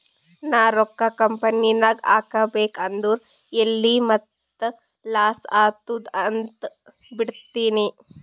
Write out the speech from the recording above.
ನಾ ರೊಕ್ಕಾ ಕಂಪನಿನಾಗ್ ಹಾಕಬೇಕ್ ಅಂದುರ್ ಎಲ್ಲಿ ಮತ್ತ್ ಲಾಸ್ ಆತ್ತುದ್ ಅಂತ್ ಬಿಡ್ತೀನಿ